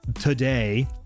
today